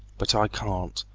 but i can't,